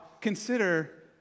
consider